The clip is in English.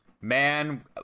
Man